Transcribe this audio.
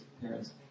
parents